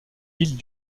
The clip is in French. villes